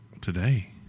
Today